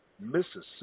Mississippi